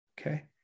okay